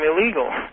illegal